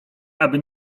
aby